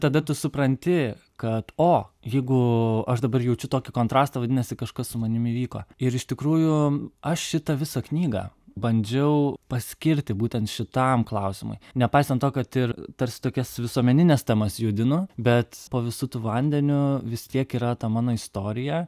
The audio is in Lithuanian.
tada tu supranti kad o jeigu aš dabar jaučiu tokį kontrastą vadinasi kažkas su manimi įvyko ir iš tikrųjų aš šitą visą knygą bandžiau paskirti būtent šitam klausimui nepaisant to kad ir tarsi tokias visuomenines temas judinu bet po visu tu vandeniu vis tiek yra ta mano istorija